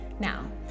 Now